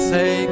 Say